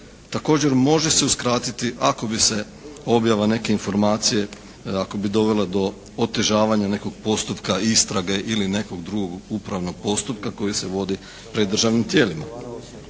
Također može se uskratiti ako bi se objava neke informacije, ako bi dovela do otežavanja nekog postupka, istrage ili nekog drugog upravnog postupka koji se vodi pred državnim tijelima